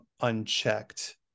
unchecked